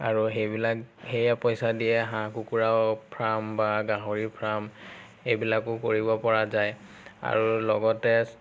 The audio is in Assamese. আৰু সেইবিলাক সেইয়া পইচা দিয়ে হাঁহ কুকুৰাও ফ্ৰাৰ্ম বা গাহৰীৰ ফ্ৰাৰ্ম এইবিলাকো কৰিব পৰা যায় আৰু লগতে